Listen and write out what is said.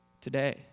today